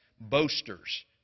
boasters